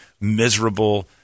miserable